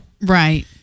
Right